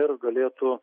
ir galėtų